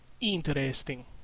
Interesting